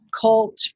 cult